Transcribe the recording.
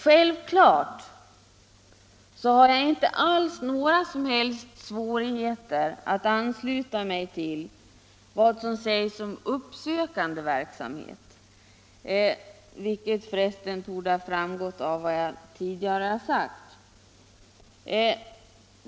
Självklart har jag inte några som helst svårigheter att ansluta mig till vad som sägs om uppsökande verksamhet — vilket för resten torde ha framgått av vad jag tidigare har anfört.